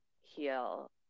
heal